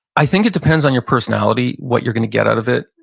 i think it depends on your personality, what you're gonna get out of it.